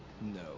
No